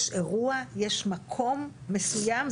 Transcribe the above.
יש אירוע, יש מקום מסוים.